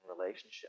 relationship